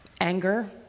anger